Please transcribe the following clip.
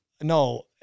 no